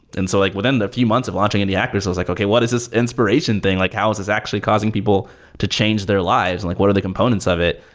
and so like within the few months of launching indie hackers i was like, okay, what is this inspiration thing? like how is this actually causing people to change their lives? like what are the components of it?